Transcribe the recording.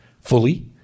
fully